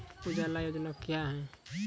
उजाला योजना क्या हैं?